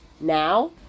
Now